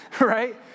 right